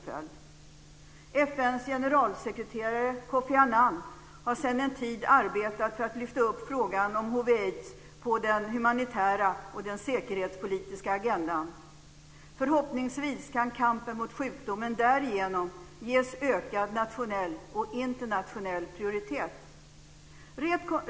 FN:s generalsekreterare Kofi Annan har en tid arbetat för att lyfta upp frågan om hiv/aids på den humanitära och den säkerhetspolitiska agendan. Förhoppningsvis kan kampen mot sjukdomen därigenom ges ökad nationell och internationell prioritet.